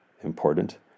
important